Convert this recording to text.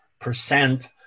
percent